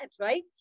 right